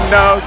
no